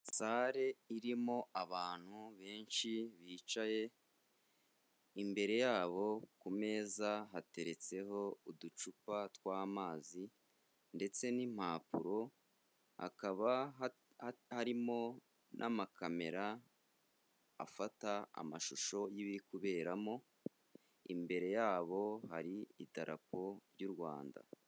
Salle irimo abantu benshi bicaye, imbere yabo ku meza hateretseho uducupa tw'amazi ndetse n'impapuro. Hakaba harimo n'amakamera afata amashusho y'ibibiri kuberamo, imbere yabo hari idarapo ry'u Rwanda.